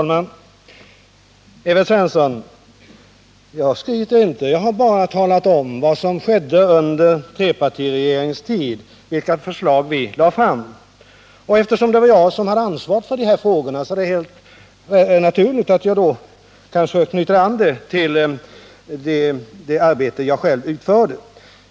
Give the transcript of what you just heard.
Herr talman! Jag skryter inte, Evert Svensson, jag har bara talat om vilka förslag vi lade fram under trepartiregeringens tid. Eftersom det var jag som hade ansvaret för de här frågorna är det helt naturligt att jag knyter an till det arbete jag själv utförde.